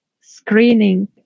screening